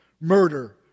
murder